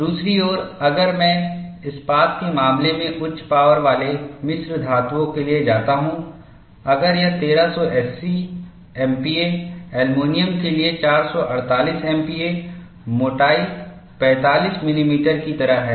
दूसरी ओर अगर मैं इस्पात के मामले में उच्च पावर वाले मिश्र धातुओं के लिए जाता हूं अगर यह 1380 एमपीए एल्यूमीनियम के लिए 448 एमपीए मोटाई 45 मिलीमीटर की तरह है